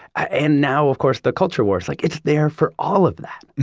and now, of course, the culture wars. like, it's there for all of that